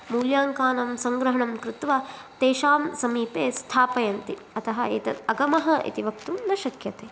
मूल्याङ्कानां संग्रहणं कृत्वा तेषां समीपे स्थापयन्ति अतः एतत् अगमः इति वक्तुं न शक्यते